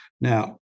now